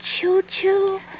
choo-choo